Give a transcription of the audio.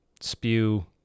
spew